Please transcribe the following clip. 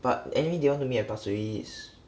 but en ri they all want to meet at pasir ris